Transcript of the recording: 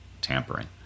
tampering